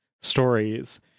stories